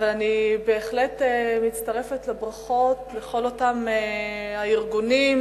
אבל אני בהחלט מצטרפת לברכות לכל אותם ארגונים,